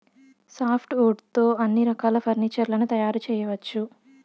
soft wood తో అన్ని రకాల ఫర్నీచర్ లను తయారు చేయవచ్చు